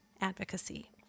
advocacy